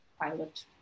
pilot